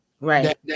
right